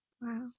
Wow